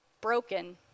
broken